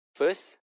first